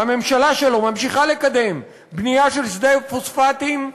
והממשלה שלו ממשיכה לקדם בנייה של שדה פוספטים,